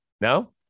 No